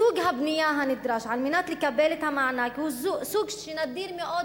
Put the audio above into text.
סוג הבנייה הנדרש על מנת לקבל את המענק הוא סוג שנדיר מאוד,